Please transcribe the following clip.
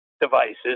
devices